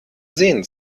sehen